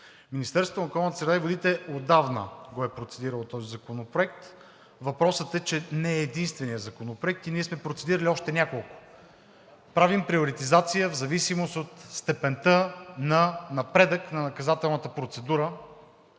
Министерството на околната среда и водите отдавна е процедирало този законопроект. Въпросът е, че не е единственият законопроект и ние сме процедирали още няколко. Правим приоритизация в зависимост от степента на напредък на наказателната процедура.